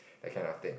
that kind of thing